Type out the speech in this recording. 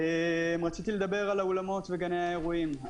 רציתי לדבר על האולמות וגני האירועים.